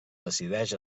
decideix